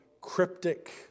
cryptic